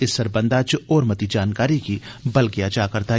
इस सरबंधा इच होर मती जानकारी गी बलगेआ जा'रदा ऐ